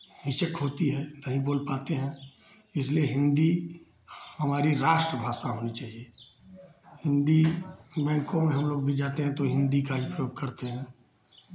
हिचक होती है नहीं बोल पाते हैं इसलिए हिन्दी हमारी राष्ट्र भाषा होनी चाहिए हिन्दी में कौन हमलोग भी जाते हैं तो हिन्दी का ही प्रयोग करते हैं